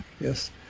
Yes